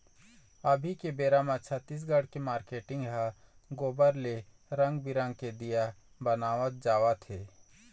अभी के बेरा म छत्तीसगढ़ के मारकेटिंग ह गोबर ले रंग बिंरग के दीया बनवात जावत हे